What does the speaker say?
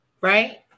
Right